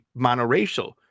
monoracial